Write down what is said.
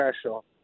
special